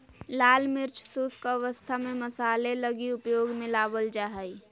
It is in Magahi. लाल मिर्च शुष्क अवस्था में मसाले लगी उपयोग में लाबल जा हइ